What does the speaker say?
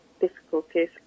difficulties